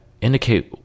indicate